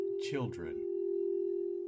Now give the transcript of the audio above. children